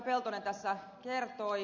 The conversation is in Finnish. peltonen tässä kertoi